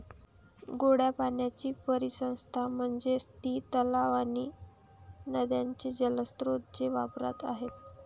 गोड्या पाण्याची परिसंस्था म्हणजे ती तलाव आणि नदीचे जलस्रोत जे वापरात आहेत